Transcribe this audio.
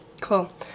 cool